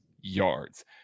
yards